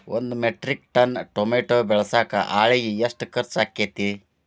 ಒಂದು metric ton tomato ಬೆಳಸಾಕ್ ಆಳಿಗೆ ಎಷ್ಟು ಖರ್ಚ್ ಆಕ್ಕೇತ್ರಿ?